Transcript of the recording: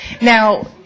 Now